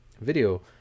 video